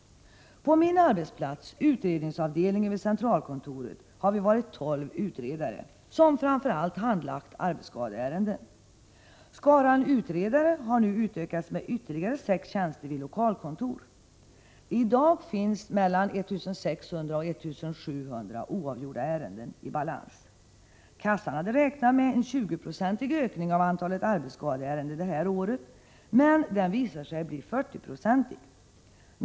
På min arbetsplats — utredningsavdelningen vid centralkontoret — har vi varit tolv utredare, som framför allt handlagt arbetsskadeärenden. Skaran av utredare har nu utökats med ytterligare sex tjänster vid lokalkontor. I dag finns mellan 1 600 och 1 700 oavgjorda ärenden. Kassan hade räknat med en 20-procentig ökning av antalet arbetsskadeärenden detta år, men den visar sig bli 40-procentig!